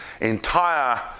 entire